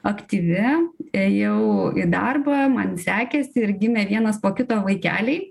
aktyvi ėjau į darbą man sekėsi ir gimė vienas po kito vaikeliai